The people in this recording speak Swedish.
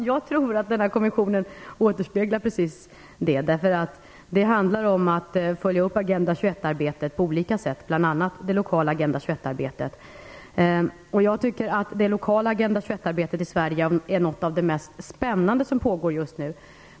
Herr talman! Jag tror att kommissionen återspeglar precis det Lennart Daléus efterlyser. Det handlar om att följa upp Agenda 21-arbetet på olika sätt, bl.a. det lokala Agenda 21-arbetet. Jag tycker att det lokala Agenda 21-arbetet i Sverige är något av det mest spännande som pågår just nu.